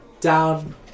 down